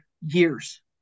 years